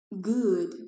good